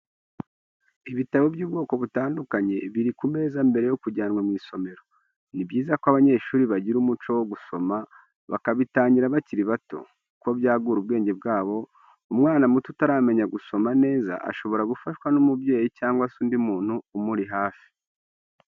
Ibitabo by'ubwoko butandukanye biri ku meza mbere yo kujyanwa mu isomero, ni byiza ko abanyeshuri bagira umuco wo gusoma bakabitangira bakiri bato, kuko byagura ubwenge bwabo, umwana muto utaramenya gusoma neza ashobora gufashwa n'umubyeyi cyangwa se undi muntu umuri hafi.